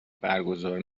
برگزار